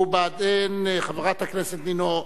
ו"בעדין" חברת הכנסת נינו אבסדזה.